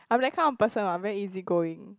I'm that kind of person I'm very easy-going